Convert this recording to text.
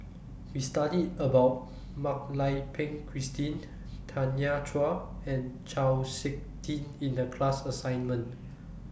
We studied about Mak Lai Peng Christine Tanya Chua and Chau Sik Ting in The class assignment